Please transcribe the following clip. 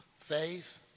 faith